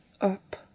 up